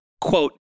quote